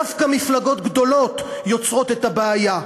דווקא מפלגות גדולות יוצרות את הבעיה.